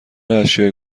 اشیاء